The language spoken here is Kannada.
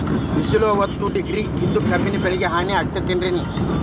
ಬಿಸಿಲ ಐವತ್ತ ಡಿಗ್ರಿ ಇದ್ರ ಕಬ್ಬಿನ ಬೆಳಿಗೆ ಹಾನಿ ಆಕೆತ್ತಿ ಏನ್?